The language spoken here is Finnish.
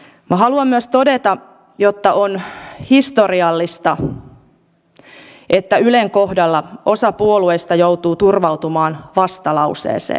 minä haluan myös todeta että on historiallista että ylen kohdalla osa puolueista joutuu turvautumaan vastalauseeseen